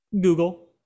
Google